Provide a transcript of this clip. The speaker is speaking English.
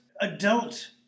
adult